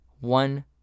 one